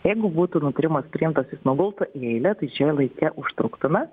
jeigu būtų nutarimas priimtas jis nugultų į eilę tai čia laike užtruktume